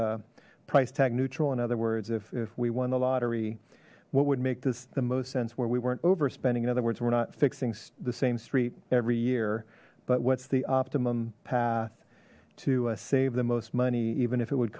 that's price tag neutral in other words if we won the lottery what would make this the most sense where we weren't overspending in other words we're not fixing the same street every year but what's the optimum path to save the most money even if it would